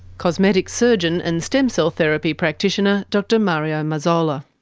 cosmetic surgeon and stem cell therapy practitioner dr mario marzola.